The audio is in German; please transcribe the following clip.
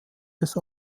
des